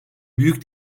büyük